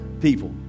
people